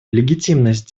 легитимность